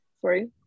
Sorry